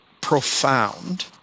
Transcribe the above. profound